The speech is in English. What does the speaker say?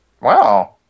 Wow